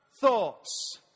thoughts